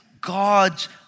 God's